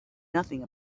nothing